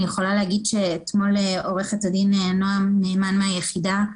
אני יכולה להגיד שאתמול עוה"ד נועה ניימן מהיחידה,